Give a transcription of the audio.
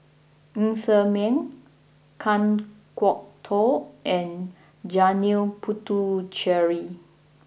Ng Ser Miang Kan Kwok Toh and Janil Puthucheary